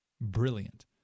Brilliant